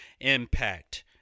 impact